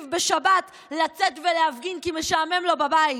בשבת לצאת ולהפגין כי משעמם לו בבית.